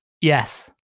Yes